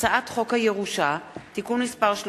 הצעת חוק הירושה (תיקון מס' 13)